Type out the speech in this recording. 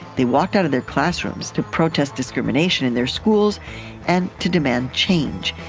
they walked out of their classrooms to protest discrimination in their schools and to demand change.